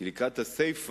כי לקראת הסיפא,